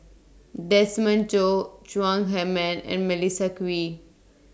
Desmond Choo Chong Heman and Melissa Kwee